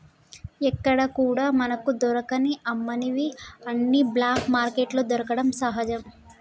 ఎక్కడా కూడా మనకు దొరకని అమ్మనివి అన్ని బ్లాక్ మార్కెట్లో దొరకడం సహజం